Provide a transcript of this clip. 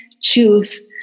choose